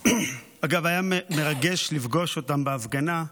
אגב, היה מרגש לפגוש אותם בהפגנה.